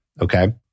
okay